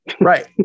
Right